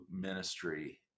ministry